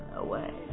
away